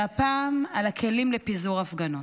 והפעם, על הכלים לפיזור הפגנות.